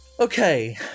Okay